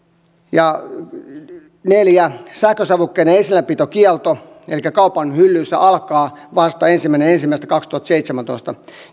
neljä sähkösavukkeiden esilläpitokielto elikkä kaupan hyllyissä alkaa vasta ensimmäinen ensimmäistä kaksituhattaseitsemäntoista